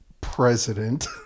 President